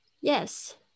Yes